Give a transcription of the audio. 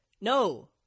no